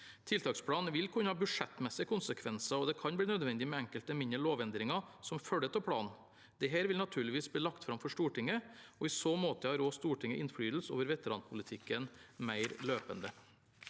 Tiltaksplanen vil kunne ha budsjettmessige kon sekvenser, og det kan bli nødvendig med enkelte mindre lovendringer som følge av planen. Dette vil naturligvis bli lagt fram for Stortinget, og i så måte har også Stortinget innflytelse over veteranpolitikken mer løpende.